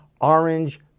orange